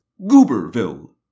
Gooberville